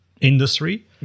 industry